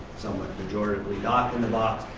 some majoratively not in the box,